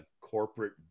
corporate